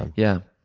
and yeah.